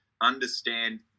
understand